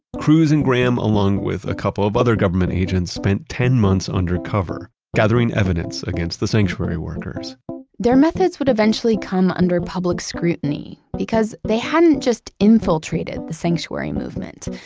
cruz and graham along with a couple of other government agents spent ten months undercover gathering evidence against the sanctuary workers their methods would eventually come under public scrutiny because they hadn't just infiltrated the sanctuary movement.